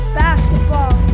basketball